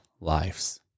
lives